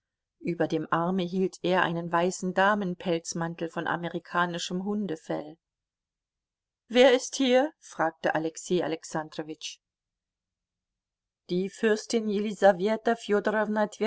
über dem arme hielt er einen weißen damenpelzmantel von amerikanischem hundefell wer ist hier fragte alexei alexandrowitsch die fürstin jelisaweta